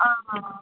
ആ ആ ആ